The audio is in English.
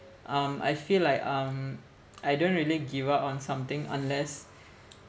um I feel like um I don't really give up on something unless